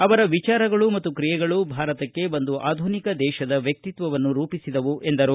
ಅವರ ವಿಚಾರಗಳು ಮತ್ತು ಕ್ರಿಯೆಗಳು ಭಾರತಕ್ಕೆ ಒಂದು ಆಧುನಿಕ ದೇಶದ ವ್ಯಕ್ತಿತ್ವವನ್ನು ರೂಪಿಸಿದವು ಎಂದರು